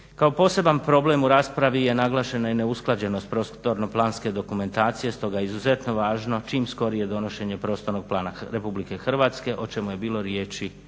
Kao poseban problem u raspravi je naglašena i neusklađenost prostorno-planske dokumentacije, stoga je izuzetno važno čim skorije donošenje prostornog plana Republike Hrvatske o čemu je bilo riječi